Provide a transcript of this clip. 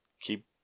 keep